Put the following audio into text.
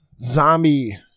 zombie